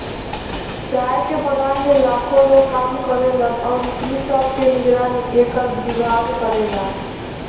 चाय के बगान में लाखो लोग काम करेलन अउरी इ सब के निगरानी एकर विभाग करेला